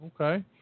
Okay